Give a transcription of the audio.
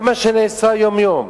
זה מה שנעשה יום-יום.